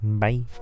Bye